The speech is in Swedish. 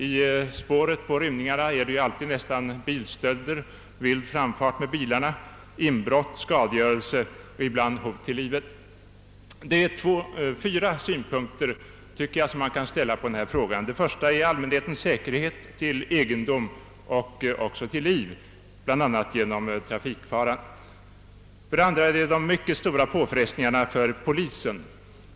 I spåren på rymningarna är det nästan alltid bilstölder, vild framfart med bilarna, inbrott, skadegörelse, ibland hot till livet. Det är fyra synpunkter som man kan lägga på den här frågan. Den första är allmänhetens säkerhet till egendom och också till liv, bl.a. skydd mot trafikfara. Den andra är de mycket stora påfrestningarna för polisen.